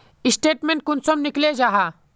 Statement कुंसम निकले जाहा?